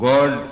God